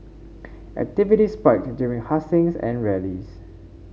activity spiked during hustings and rallies